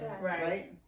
Right